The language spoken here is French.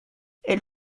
elle